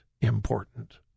important